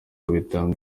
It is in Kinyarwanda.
bitanga